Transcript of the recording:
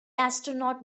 astronaut